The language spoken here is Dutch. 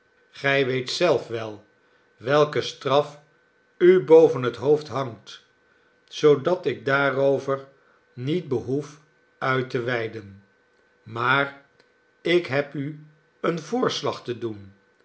gij weet zelf wel welke strafu boven het hoofd hangt zoodat ik daarover niet behoef uit te weiden maar ik heb u een voorslag te doen